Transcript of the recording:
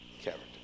character